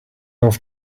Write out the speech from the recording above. off